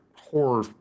horror